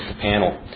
panel